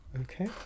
Okay